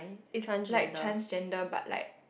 is like transgender but like